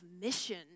mission